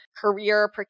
career